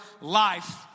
life